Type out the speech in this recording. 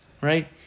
right